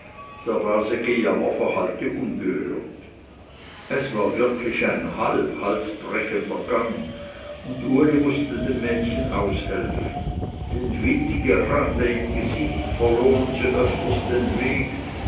der base gejammer verhallte ungehört es war wirklich ein halb halsbrechender gang und uli mußte dem mädchen aushelfen den wind gerade im gesicht verloren sie öfters den weg